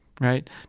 right